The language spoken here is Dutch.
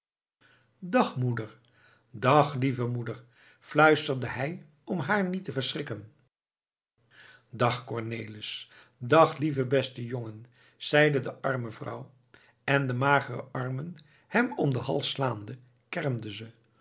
dag moeder dag lieve moeder fluisterde hij om haar niet te verschrikken dag cornelis dag lieve beste jongen zeide de arme vrouw en de magere armen hem om den hals slaande kermde ze